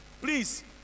Please